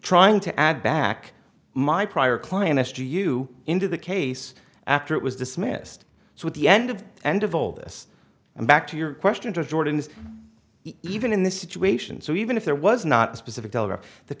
trying to add back my prior client s do you into the case after it was dismissed so at the end of end of all this and back to your question to jordan's even in this situation so even if there was not specific dollar th